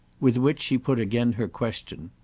with which she put again her question.